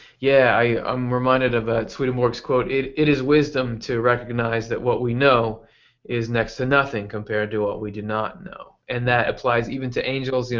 yeah i'm reminded of swedenborg's quote it it is wisdom to recognize that what we know is next to nothing compared to what we do not know. and that applies even angels. you know